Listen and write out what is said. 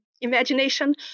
imagination